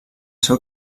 seu